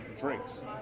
drinks